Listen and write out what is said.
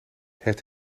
het